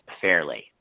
fairly